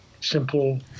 simple